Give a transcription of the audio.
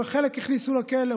חלק הכניסו לכלא.